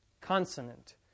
consonant